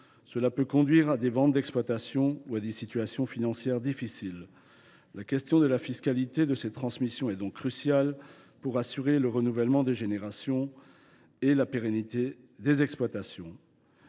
peut conduire à des ventes ou à des situations financières difficiles. La question de la fiscalité des transmissions est donc cruciale pour assurer le renouvellement des générations et la pérennité des exploitations.